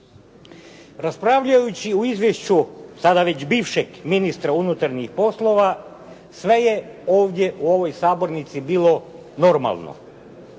Raspravljajući o izvješću sada već bivšeg ministra unutrašnjih poslova sve je ovdje u ovoj sabornici bilo normalno.